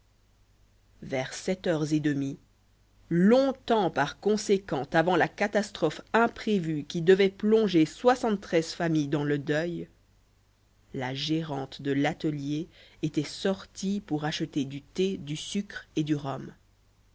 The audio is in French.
vers sept heures et demie longtemps par conséquent avant la catastrophe imprévue qui devait plonger soixante-treize familles dans le deuil la gérante de l'atelier était sortie pour acheter du thé du sucre et du rhum